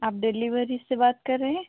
आप डेलिवरी से बात कर रहे हें